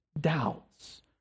doubts